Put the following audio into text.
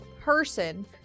person